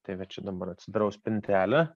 tai va čia dabar atsidarau spintelę